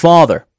Father